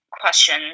question